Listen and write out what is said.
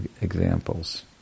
examples